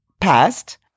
passed